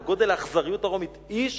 לגודל האכזריות הרומית: איש